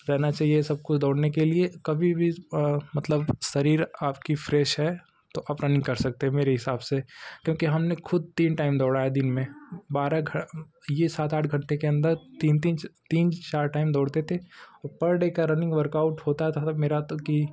रहना चाहिए सबको दौड़ने के लिए कभी भी मतलब शरीर आपकी फ्रेश है तो आप रनिंग कर सकते हैं मेरे हिसाब से क्योंकि हमने खुद तीन टाइम दौड़ा है दिन में बारह घ ये सात आठ घंटे के अंदर तीन तीन तीन चार टाइम दौड़ते थे वो पर डे का रनिंग वर्कऑउट होता था मेरा तो कि